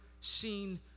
seen